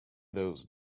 those